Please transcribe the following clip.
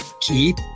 keep